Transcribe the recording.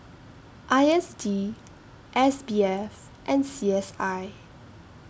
I S D S B F and C S I